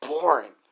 boring